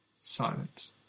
Silence